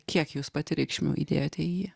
kiek jūs pati reikšmių įdėjote į jį